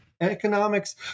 Economics